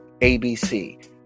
ABC